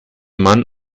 mann